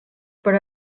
per